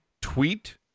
tweet